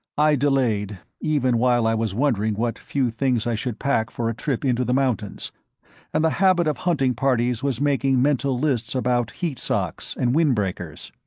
i delayed, even while i was wondering what few things i should pack for a trip into the mountains and the habit of hunting parties was making mental lists about heat-socks and windbreakers.